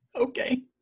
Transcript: Okay